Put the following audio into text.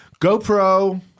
gopro